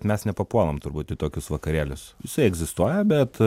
mes nepapuolam turbūt į tokius vakarėlius jisai egzistuoja bet